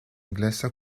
inglesa